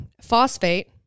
phosphate